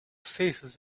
faces